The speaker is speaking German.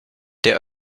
der